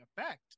effect